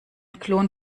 klon